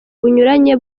bunyuranye